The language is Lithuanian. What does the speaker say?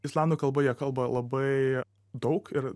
islandų kalba jie kalba labai daug ir